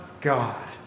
God